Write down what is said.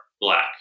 black